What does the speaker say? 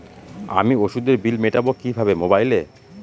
আমি ওষুধের বিল মেটাব কিভাবে মোবাইলে?